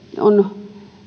on